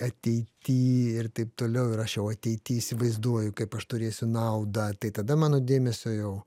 ateity ir taip toliau ir aš jau ateity įsivaizduoju kaip aš turėsiu naudą tai tada mano dėmesio jau